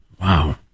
Wow